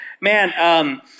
man